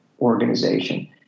organization